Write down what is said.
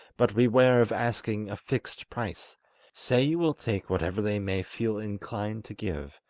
but beware of asking a fixed price say you will take whatever they may feel inclined to give.